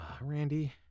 Randy